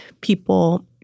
people